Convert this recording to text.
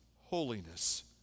holiness